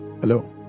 Hello